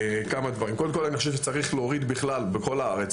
אני חושב שצריך להוריד בכלל בכל הארץ,